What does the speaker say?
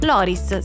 Loris